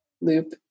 loop